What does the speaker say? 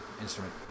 instrument